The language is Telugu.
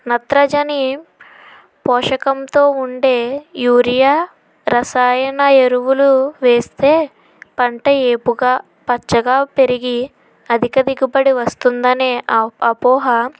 నత్రజీని పోషకంతో ఉండే యూరియా రసాయన ఎరువులు వేస్తే పంట ఏపుగా పచ్చగా పెరిగి అధిక దిగుబడి వస్తుందనే అపో అపోహ